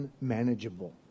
unmanageable